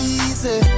easy